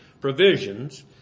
provisions